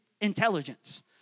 intelligence